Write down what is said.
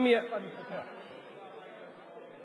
אנחנו מסכימים על הכול,